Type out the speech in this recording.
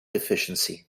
deficiency